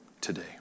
today